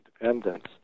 independence